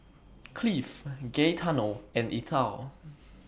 Cleve Gaetano and Ethyl